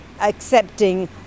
accepting